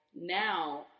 now